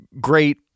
great